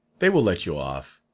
they will let you off.